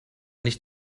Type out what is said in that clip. nicht